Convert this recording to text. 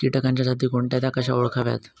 किटकांच्या जाती कोणत्या? त्या कशा ओळखाव्यात?